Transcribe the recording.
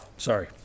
Sorry